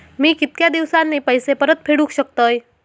मी कीतक्या दिवसांनी पैसे परत फेडुक शकतय?